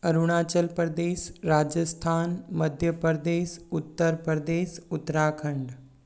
Arunachal Pradesh Rajasthan Madhya Pradesh Uttar Pradesh Uttarakhand